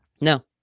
No